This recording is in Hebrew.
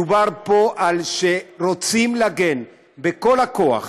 מדובר פה על שרוצים להגן בכל הכוח